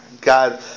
God